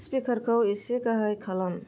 स्पिकारखौ एसे गाहाय खालाम